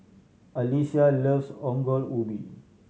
Alysia loves Ongol Ubi